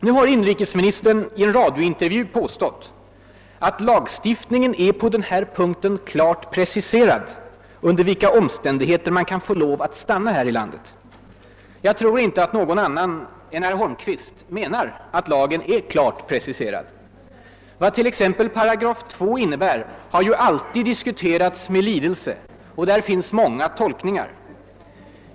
Nu har inrikesministern i en radiointervju påstått att lagstiftningen »är ju klart preciserad på den här punkten, under vilka omständigheter man kan få lov att stanna här i landet«. Jag tror inte att någon annan än herr Holmqvist menar att lagen är »klart preciserad». Vad t.ex. 2 8 innebär har ju alltid diskuterats med lidelse, och där finns många tolkningar.